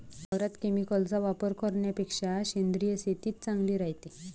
वावरात केमिकलचा वापर करन्यापेक्षा सेंद्रिय शेतीच चांगली रायते